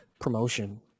promotion